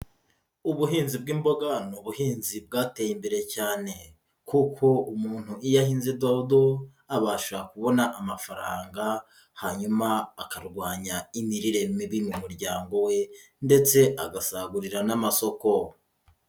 Ubuhinzi bw'imboga ni buhinzi bwateye imbere cyane, kuko umuntu iyo ahinze dodo abasha kubona amafaranga, hanyuma akarwanya imirire mibi mu muryango we, ndetse agasagurira n'amasoko.